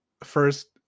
first